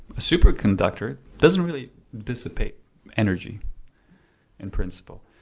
a super conductor doesn't really dissipate energy in principle.